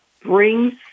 brings